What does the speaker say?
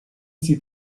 sie